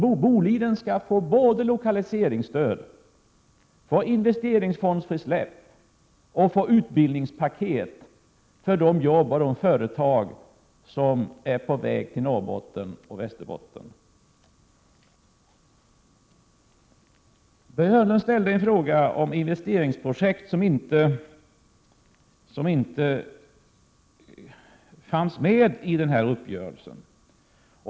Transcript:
Boliden skall få lokaliseringsstöd, investeringsfondsfrisläpp och utbildningspaket för de företag och arbetstillfällen som är på väg till Norrbotten och Västerbotten. Börje Hörnlund ställde en fråga om investeringsprojekt som inte fanns med i uppgörelsen.